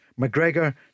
McGregor